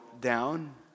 down